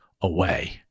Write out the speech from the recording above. away